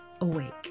awake